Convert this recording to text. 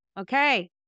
Okay